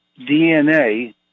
DNA